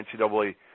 NCAA